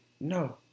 no